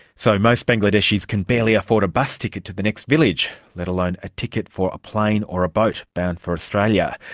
so most bangladeshis can barely afford a bus ticket to the next village, let alone a ticket for a plane or a boat bound for australia.